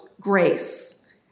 grace